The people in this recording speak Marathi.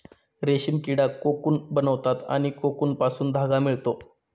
रेशीम किडा कोकून बनवतात आणि कोकूनपासून धागा मिळतो